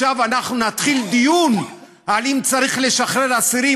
עכשיו אנחנו נתחיל דיון על אם צריך לשחרר אסירים,